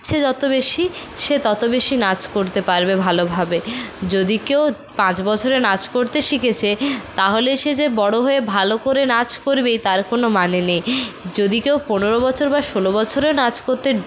ইচ্ছে যত বেশি সে ততো বেশি নাচ করতে পারবে ভালোভাবে যদি কেউ পাঁচ বছরে নাচ করতে শিখেছে তাহলে সে যে বড়ো হয়ে ভালো করে নাচ করবেই তার কোনো মানে নেই যদি কেউ পনেরো বছরে বা ষোলো বছরে নাচ করতে